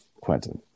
Quentin